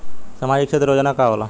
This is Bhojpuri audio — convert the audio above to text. सामाजिक क्षेत्र योजना का होला?